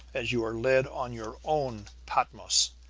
as you are led on your own patmos,